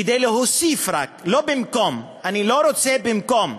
כדי להוסיף רק, לא במקום, אני לא רוצה במקום,